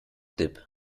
dip